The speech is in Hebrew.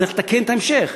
צריך לתקן את ההמשך.